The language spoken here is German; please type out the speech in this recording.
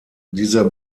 dieser